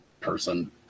person